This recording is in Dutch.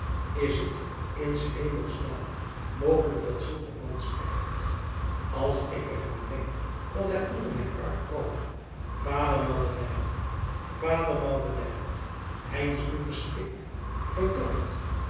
is t in s hemels naam mogelijk dat zulk een man zoo sterft als ik er aan denk dat hij onder mijn kar kroop vader madeleine vader madeleine hij is gestikt verdord